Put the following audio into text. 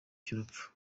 cy’urupfu